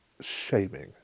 shaming